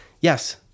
Yes